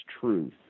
truth